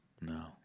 No